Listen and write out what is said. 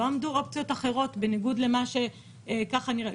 לא עמדו אופציות אחרות, בניגוד למה שככה נראה.